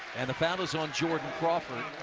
and the foul is on jordan crawford.